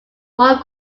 more